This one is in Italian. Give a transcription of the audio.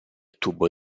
tubo